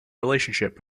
relationship